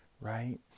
right